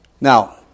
Now